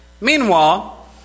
Meanwhile